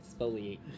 exfoliate